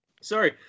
Sorry